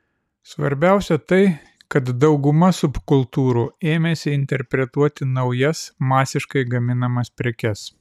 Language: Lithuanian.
svarbiausia tai kad dauguma subkultūrų ėmėsi interpretuoti naujas masiškai gaminamas prekes